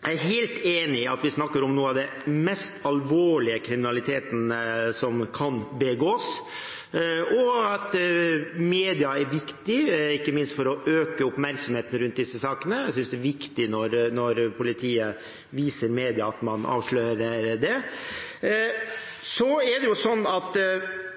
Jeg er helt enig i at vi snakker om noe av den mest alvorlige kriminaliteten som kan begås, og at media er viktig, ikke minst for å øke oppmerksomheten rundt disse sakene. Jeg synes det er viktig når politiet viser media at man avslører dette. Så er det